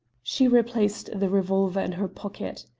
she replaced the revolver in her pocket.